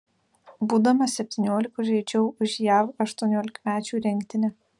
būdamas septyniolikos žaidžiau už jav aštuoniolikmečių rinktinę